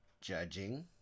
judging